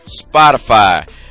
Spotify